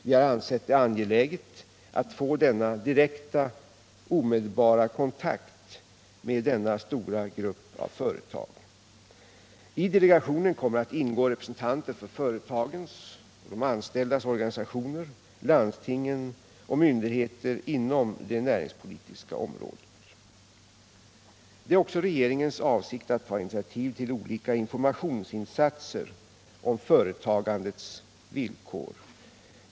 Vi har ansett det angeläget att få denna omedelbara kontakt med den här stora gruppen av företag. I delegationen kommer att ingå representanter för företagens och de anställdas organisationer, landstingen och myndigheter inom det näringspolitiska området. Det är också regeringens avsikt att ta initiativ till olika informationsinsatser om företagandets villkor.